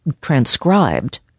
transcribed